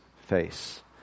face